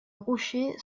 rocher